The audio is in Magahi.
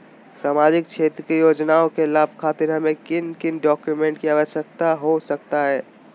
सामाजिक क्षेत्र की योजनाओं के लाभ खातिर हमें किन किन डॉक्यूमेंट की आवश्यकता हो सकता है?